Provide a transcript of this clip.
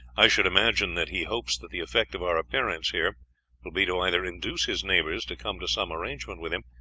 i should imagine that he hopes that the effect of our appearance here will be to either induce his neighbors to come to some arrangement with him,